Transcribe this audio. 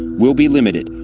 will be limited.